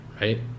right